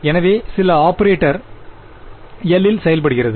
எனவே சில operator L இல் செயல்படுகிறது